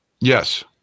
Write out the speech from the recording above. Yes